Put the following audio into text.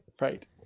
Right